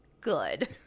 good